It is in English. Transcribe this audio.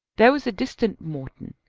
there was a distant morton,